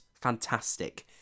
Fantastic